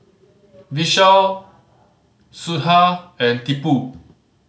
Vishal Sudhir and Tipu